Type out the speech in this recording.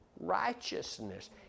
righteousness